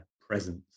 presence